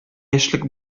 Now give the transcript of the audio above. яшьлек